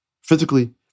Physically